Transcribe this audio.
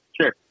Sure